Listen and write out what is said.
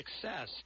success